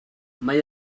mae